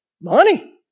Money